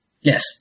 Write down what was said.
Yes